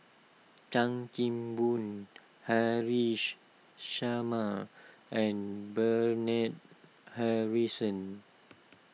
Chan Kim Boon Haresh Sharma and Bernard Harrison